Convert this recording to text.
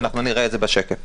נראה את זה בשקף.